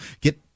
get